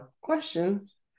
questions